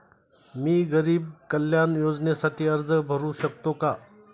मी गरीब कल्याण योजनेसाठी अर्ज भरू शकतो का?